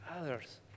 others